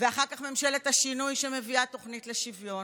אחר כך ממשלת השינוי מביאה תוכנית לשוויון,